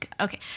okay